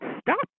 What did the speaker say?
stop